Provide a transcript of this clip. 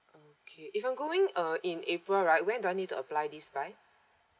okay if I'm going uh in april right when do I need to apply this by